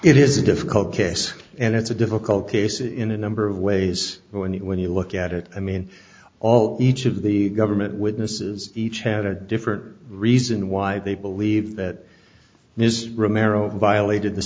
it is a difficult case and it's a difficult case in a number of ways but when you when you look at it i mean all each of the government witnesses each had a different reason why they believe that ms remeron violated the